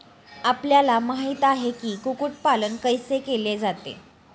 आपल्याला माहित आहे की, कुक्कुट पालन कैसे केले जाते?